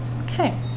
Okay